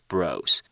Bros